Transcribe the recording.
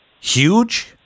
huge